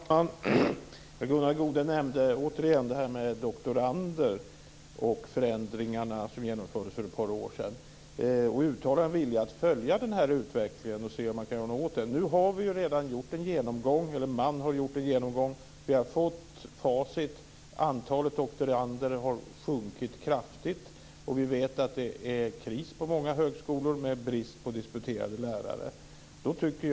Fru talman! Gunnar Goude nämnde återigen frågan om doktorander och de förändringar som genomfördes för ett par år sedan. Han uttalade en vilja att följa utvecklingen och se om man kan göra någonting åt den. Nu har man redan gjort en genomgång. Vi har fått facit. Antalet doktorander har sjunkit kraftigt. Vi vet att det är kris på många högskolor med brist på disputerade lärare. Fru talman!